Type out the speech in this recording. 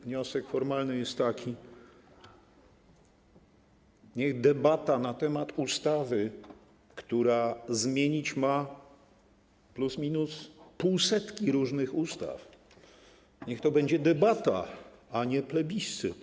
Wniosek formalny jest taki: niech debata na temat ustawy, która zmienić ma plus minus pół setki różnych ustaw, będzie debatą, a nie plebiscytem.